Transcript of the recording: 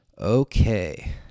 Okay